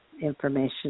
information